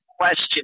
question